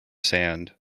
sand